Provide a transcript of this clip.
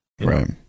Right